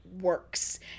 works